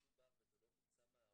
העובדה שזה לא מדובר וזה לא מוצא מהארון,